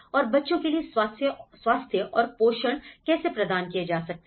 और बच्चों के लिए स्वास्थ्य और पोषण कैसे प्रदान किया जा सकता है